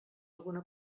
alguna